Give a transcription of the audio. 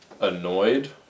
annoyed